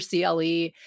CLE